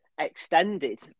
extended